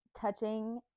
Touching